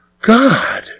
God